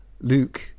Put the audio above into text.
Luke